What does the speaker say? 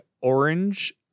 orange